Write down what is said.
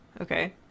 Okay